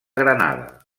granada